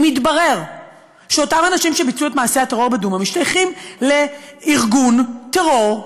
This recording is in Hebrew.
אם יתברר שאותם אנשים שביצעו את מעשה הטרור בדומא משתייכים לארגון טרור,